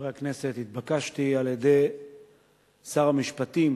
חברי הכנסת, התבקשתי על-ידי שר המשפטים